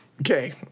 Okay